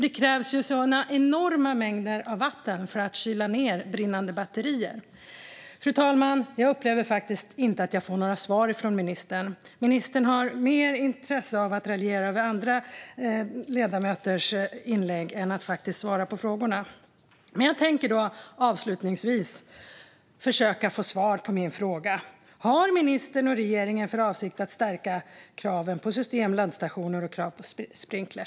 Det krävs ju enorma mängder vatten för att kyla ned brinnande batterier. Fru talman! Jag upplever faktiskt inte att jag får några svar från ministern. Ministern har mer intresse av att raljera över andra ledamöters inlägg än att svara på frågorna. Men jag tänker avslutningsvis försöka få svar på min fråga. Har ministern och regeringen för avsikt att stärka kraven på system, laddstationer och sprinkler?